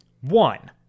one